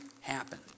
happen